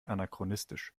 anachronistisch